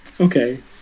okay